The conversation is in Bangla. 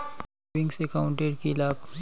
সেভিংস একাউন্ট এর কি লাভ?